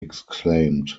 exclaimed